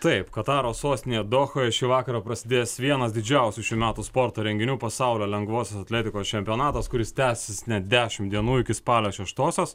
taip kataro sostinėje dohoje šį vakarą prasidės vienas didžiausių šių metų sporto renginių pasaulio lengvosios atletikos čempionatas kuris tęsis net dešim dienų iki spalio šeštosios